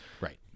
Right